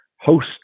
host